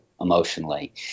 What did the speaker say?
emotionally